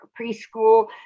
preschool